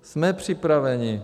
Jsme připraveni.